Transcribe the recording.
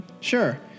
Sure